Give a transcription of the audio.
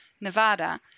Nevada